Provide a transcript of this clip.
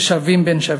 כשווים בין שווים.